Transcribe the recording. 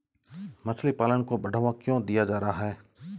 मछली पालन को बढ़ावा क्यों दिया जा रहा है?